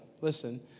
listen